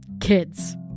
kids